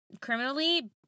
criminally